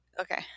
Okay